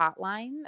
hotline